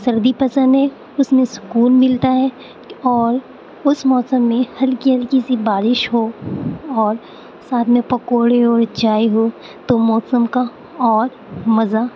سردی پسند ہے اس میں سکون ملتا ہے اور اس موسم میں ہلکی ہلکی سی بارش ہو اور ساتھ میں پکوڑے ہو چائے ہو تو موسم کا اور مزہ